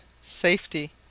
safety